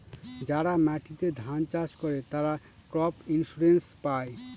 যারা মাটিতে ধান চাষ করে, তারা ক্রপ ইন্সুরেন্স পায়